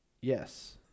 yes